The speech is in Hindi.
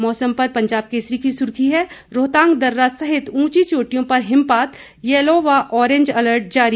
मौसम पर पंजाब केसरी की सुर्खी है रोहतांग दर्रा सहित ऊंची चोटियों पर हिमपात येलो व ऑरेंज अलर्ट जारी